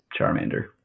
Charmander